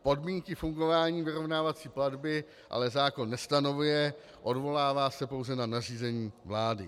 Podmínky fungování vyrovnávací platby ale zákon nestanoví, odvolává se pouze na nařízení vlády.